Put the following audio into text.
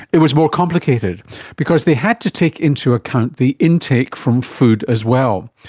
it was more complicated because they had to take into account the intake from food as well.